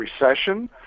recession